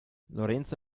lorenzo